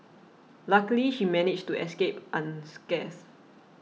luckily she managed to escape unscathed